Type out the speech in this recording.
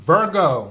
Virgo